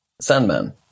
sandman